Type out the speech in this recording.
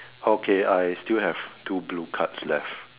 okay I still have two blue cards left